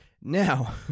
now